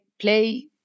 play